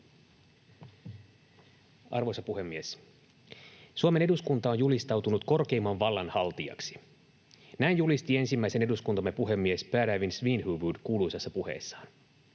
Arvoisa puhemies! ”Suomen eduskunta on julistautunut korkeimman vallan haltijaksi.” Näin julisti ensimmäisen eduskuntamme puhemies Pehr Evind Svinhufvud kuuluisassa puheessaan.